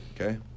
Okay